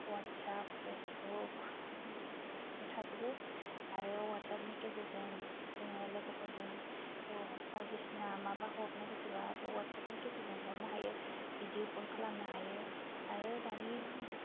WhatsApp Facebook गासिबो थाजोबो आरो वाट्सापनि गेजेरजों जोङो लोगोफोरजों बाइदिसिना माबा हरनो गोसो बा वाट्सापनि गेजेरजों हरनो हायो भिडिअ कल खालामनो हायो आरो दानि